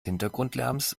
hintergrundlärms